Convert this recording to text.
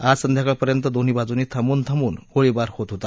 आज संध्याकाळपर्यंत दोन्ही बाजूंनी थांबून थांबून गोळीबार होत होता